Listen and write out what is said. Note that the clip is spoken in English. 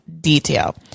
detail